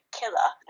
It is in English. killer